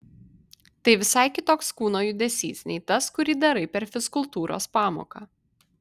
tai visai kitoks kūno judesys nei tas kurį darai per fizkultūros pamoką